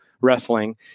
wrestling